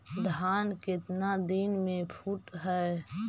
धान केतना दिन में फुट है?